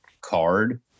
card